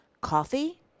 Coffee